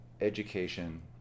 education